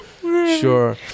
sure